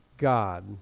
god